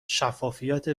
شفافیت